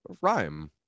rhyme